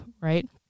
right